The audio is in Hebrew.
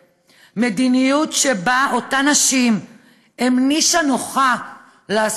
מדיניות שבה אותן נשים הן נישה נוחה לעשות